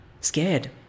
scared